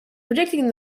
predicting